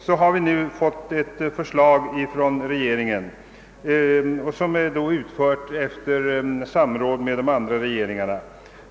Nu har vi alltså fått ett förslag från regeringen, som är utformat i samråd med de andra nordiska regeringarna.